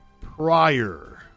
prior